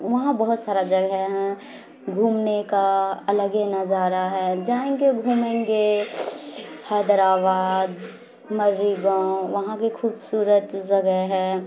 وہاں بہت سارا جگہ ہیں گھومنے کا الگ ہی نظارہ ہے جائیں گے گھومیں گے حیدرآباد مری گاؤں وہاں کی خوبصورت جگہ ہے